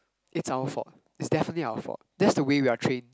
it's our fault it's definitely our fault that's the way we're trained